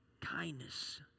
kindness